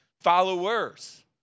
followers